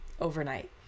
overnight